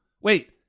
Wait